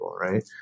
right